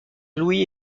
louis